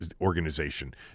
organization